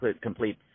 complete